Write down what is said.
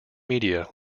media